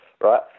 right